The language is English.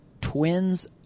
twins